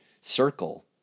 circle